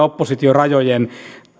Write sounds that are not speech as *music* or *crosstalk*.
*unintelligible* oppositiorajojen